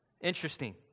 Interesting